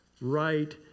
right